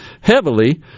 heavily